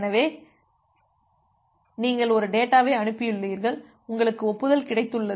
எனவே நீங்கள் ஒரு டேட்டாவை அனுப்பியுள்ளீர்கள் உங்களுக்கு ஒப்புதல் கிடைத்துள்ளது